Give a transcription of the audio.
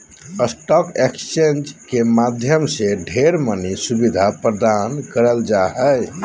stock exchange के माध्यम से ढेर मनी सुविधा प्रदान करल जा हय